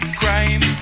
crime